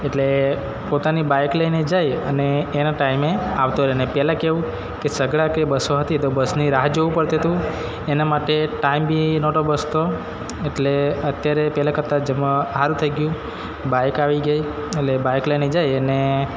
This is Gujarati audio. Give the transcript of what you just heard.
એટલે પોતાની બાઇક લઈને જાય અને એના ટાઈમે આવતો રહે ને પહેલાં કેવું કે છકડા કે બસો હતી તો બસની રાહ જોવું પડતું હતું એના માટે ટાઈમ બી નહોતો બચતો એટલે અત્યારે પહેલાં કરતાં જેમાં સારું થઇ ગયું બાઇક આવી ગઈ એટલે બાઇક લઈને જાય અને